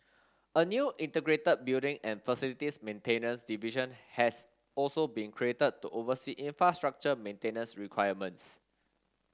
a new integrated building and facilities maintenance division has also been created to oversee infrastructure maintenance requirements